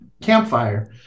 campfire